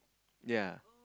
yea